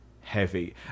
heavy